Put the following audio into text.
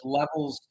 levels